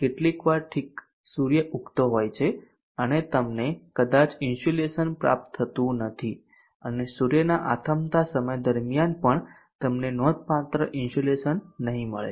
કેટલીકવાર ઠીક સૂર્ય ઉગતો હોય છે અને તમને કદાચ ઇન્સ્યુલેશન પ્રાપ્ત થતું નથી અને સૂર્યના આથમતા સમય દરમિયાન પણ તમને નોંધપાત્ર ઇન્સ્યુલેશન નહીં મળે